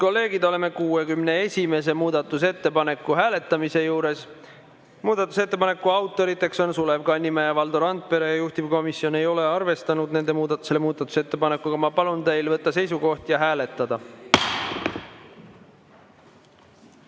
Head kolleegid, oleme 61. muudatusettepaneku hääletamise juures. Muudatusettepaneku autorid on Sulev Kannimäe ja Valdo Randpere ning juhtivkomisjon ei ole arvestanud seda muudatusettepanekut. Ma palun teil võtta seisukoht ja hääletada!